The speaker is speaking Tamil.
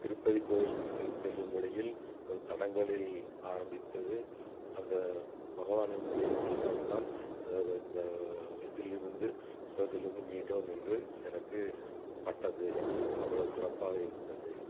திருப்பதி கோவிலுக்கு செல்லும் வழியில் ஒரு தடங்கலில் ஆரம்பித்தது அந்த பகவானினுடைய தய்வால் தான் இந்த இதிலிருந்து துன்பத்திலிருந்து மீண்டோம் என்று எனக்குப் பட்டது அவ்வளவு சிறப்பாக இருந்தது